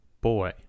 boy